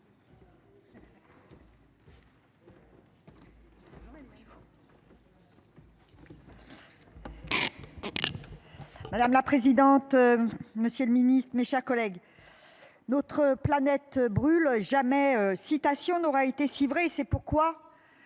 Madame la présidente. Monsieur le Ministre, mes chers collègues. Notre planète brûle jamais citation n'aura été si vrai c'est pourquoi.